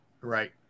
Right